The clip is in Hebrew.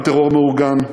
גם טרור מאורגן,